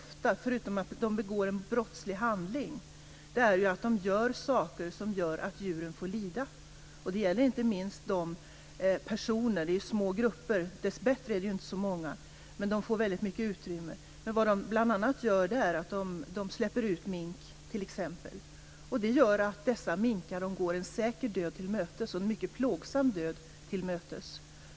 Förutom att dessa personer - dessbättre är de inte så många, men de får mycket utrymme - begår en brottslig handling gör de ofta saker som innebär att djuren får lida. De släpper t.ex. ut minkar. Dessa minkar går en säker och plågsam död till mötes.